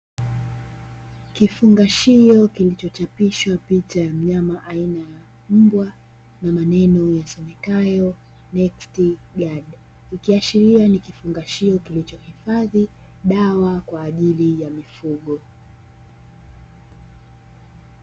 Kifungashio kilicho chapisha picha ya mnyama aina ya Mbwa, na maneno yasomekayo "NEXT GUARD" ikiashiria ni kifungashio kilicho hifadhi dawa kwa ajili ya mifugo.